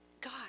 God